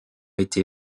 été